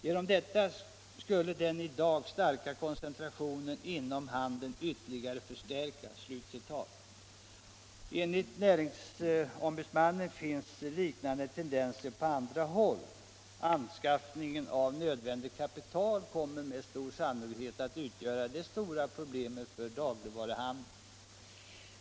Genom detta skulle den i dag starka koncentrationen inom handeln ytterligare förstärkas.” Enligt näringsfrihetsombudsmannen finns liknande tendenser på andra håll. Anskaffningen av nödvändigt kapital kommer med stor sannolikhet att utgöra det stora problemet för dagligvaruhandeln.